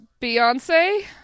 Beyonce